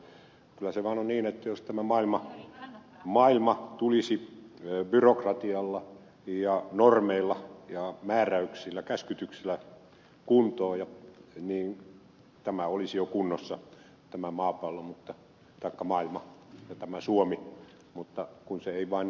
kyllä se vaan on niin että jos tämä maailma tulisi byrokratialla normeilla määräyksillä ja käskytyksillä kuntoon niin tämä maailma ja suomi olisi jo kunnossa mutta kun se ei vain näin ole